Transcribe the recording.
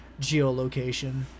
geolocation